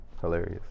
Hilarious